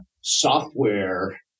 software